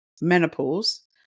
menopause